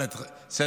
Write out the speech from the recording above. חבר הכנסת עודד פורר,